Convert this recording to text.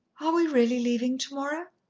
are we really leaving tomorrow?